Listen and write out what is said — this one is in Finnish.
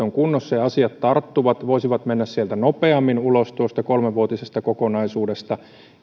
ovat kunnossa ja asiat tarttuvat voisivat mennä nopeammin ulos tuosta kolmevuotisesta kokonaisuudesta